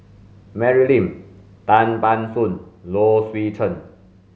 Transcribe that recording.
Mary Lim Tan Ban Soon Low Swee Chen